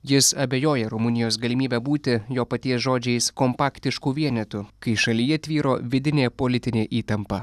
jis abejoja rumunijos galimybe būti jo paties žodžiais kompaktišku vienetu kai šalyje tvyro vidinė politinė įtampa